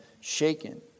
shaken